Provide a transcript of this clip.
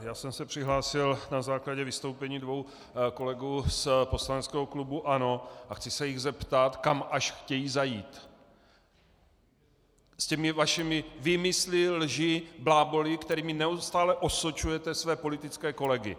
Já jsem se přihlásil na základě vystoupení dvou kolegů z poslaneckého klubu ANO a chci se jich zeptat, kam až chcete zajít s těmi vašimi výmysly, lží, bláboly, kterými neustále osočujete své politické kolegy.